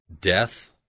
death